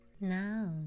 now